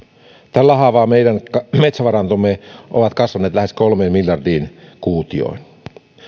tällä haavaa meidän metsävarantomme ovat kasvaneet lähes kolmeen miljardiin kuutioon